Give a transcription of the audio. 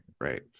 right